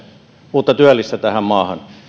uutta työllistä tähän maahan